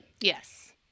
Yes